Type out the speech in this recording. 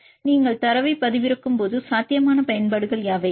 எனவே நீங்கள் தரவைப் பதிவிறக்கும் போது சாத்தியமான பயன்பாடுகள் யாவை